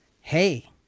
hey